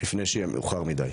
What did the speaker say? לפני שיהיה מאוחר מידי.